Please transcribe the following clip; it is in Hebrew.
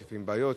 יש לפעמים בעיות,